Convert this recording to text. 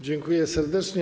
Dziękuję serdecznie.